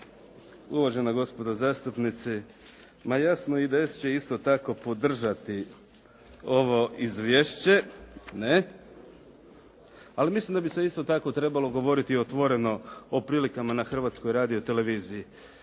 uvažena gospodo zastupnici. Ma jasno i IDS će također podržati ovo izvješće, ne. Ali mislim da bi se isto tako trebalo govoriti otvoreno o prilikama na Hrvatskoj radioteleviziji.